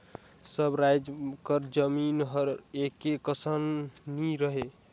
सब राएज कर जमीन हर एके कस नी रहें